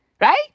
Right